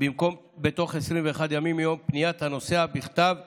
במקום בתוך 21 ימים מיום פניית הנוסע בכתב לחברה,